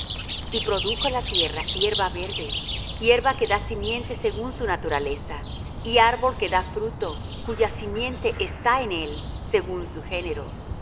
y produjo la tierra hierba verde hierba que da simiente según su naturaleza y árbol que da fruto cuya simiente está en él según su género